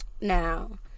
Now